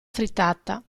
frittata